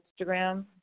Instagram